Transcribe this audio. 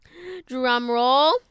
Drumroll